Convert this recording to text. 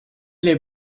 lès